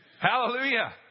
Hallelujah